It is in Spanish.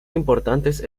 importantes